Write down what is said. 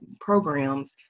programs